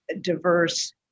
diverse